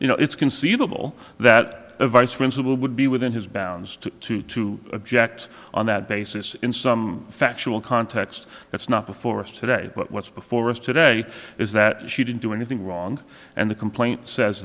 you know it's conceivable that a vice principal would be within his bounds to to to object on that basis in some factual context that's not before us today but what's before us today is that she didn't do anything wrong and the complaint says